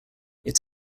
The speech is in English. its